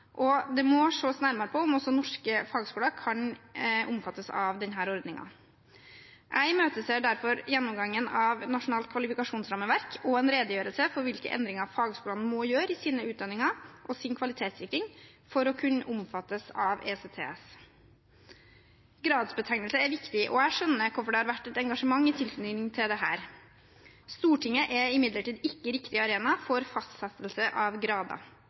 og det må ses nærmere på om også norske fagskoler kan omfattes av denne ordningen. Jeg imøteser derfor gjennomgangen av Nasjonalt kvalifikasjonsrammeverk og en redegjørelse for hvilke endringer fagskolene må gjøre i sine utdanninger og sin kvalitetssikring for å kunne omfattes av ECTS. Gradsbetegnelse er viktig, og jeg skjønner hvorfor det har vært et engasjement i tilknytning til dette. Stortinget er imidlertid ikke riktig arena for fastsettelse av grader,